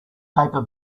paper